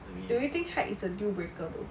do you think height is a deal breaker